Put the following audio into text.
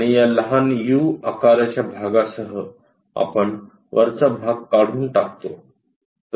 आणि या लहान यु आकाराच्या भागासह आपण वरचा भाग काढून टाकतो